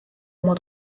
oma